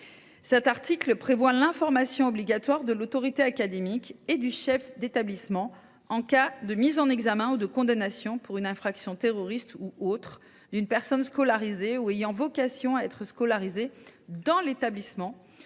Cet article prévoit l’information obligatoire de l’autorité académique et du chef d’établissement en cas de mise en examen ou de condamnation pour une infraction terroriste, ou autre, d’une personne scolarisée ou ayant vocation à l’être dans l’établissement,